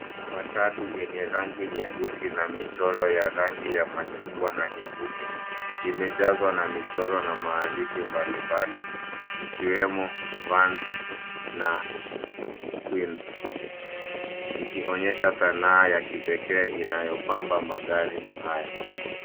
Matatu yenye rangi nyeusi na michoro ya rangi ya machungwa na nyeupe imejazwa na michoro na maandishi mbalimbali ikiwemo vans and Twins am nikionyesha sanaa ya kipekee inayopamba magari haya.